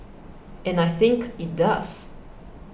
and I think it does